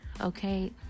okay